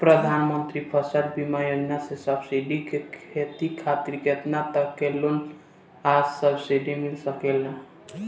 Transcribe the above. प्रधानमंत्री फसल बीमा योजना से सब्जी के खेती खातिर केतना तक के लोन आ सब्सिडी मिल सकेला?